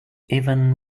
even